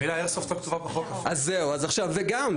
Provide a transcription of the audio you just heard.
וגם,